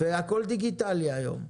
והכול דיגיטלי היום,